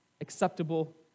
acceptable